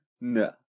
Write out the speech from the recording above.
No